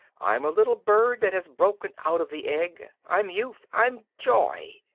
i'm a little bird that has broken out of the egg. i'm youth! i'm joy!